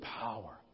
power